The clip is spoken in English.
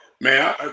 man